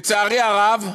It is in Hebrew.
לצערי הרב,